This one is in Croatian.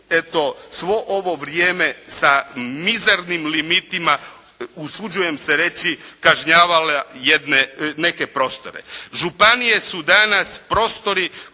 svo ovo vrijeme sa mizernim limitima usuđujem se reći kažnjavala neke prostore. Županije su danas prostori